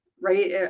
right